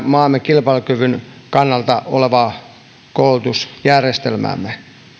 maamme kilpailukyvyn kannalta elintärkeää koulutusjärjestelmäämme